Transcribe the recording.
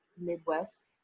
Midwest